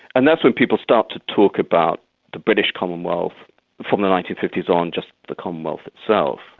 and that's when people start to talk about the british commonwealth from the nineteen fifty s on, just the commonwealth itself.